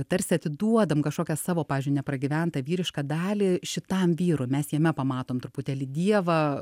tarsi atiduodam kažkokią savo pavyzdžiui nepragyventą vyrišką dalį šitam vyrui mes jame pamatom truputėlį dievą